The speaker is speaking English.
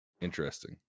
interesting